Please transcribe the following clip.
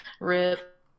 rip